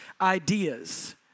ideas